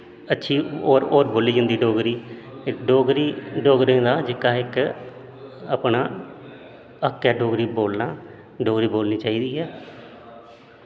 अच्छी होर बोली जंदी डोगरी डोगरें दा अपना जेह्ड़ा इक हक्क ऐ डोगरी बोलना डोगरी बोलनी चाही दी ऐ